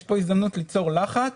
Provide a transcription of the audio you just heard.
יש פה הזדמנות ליצור לחץ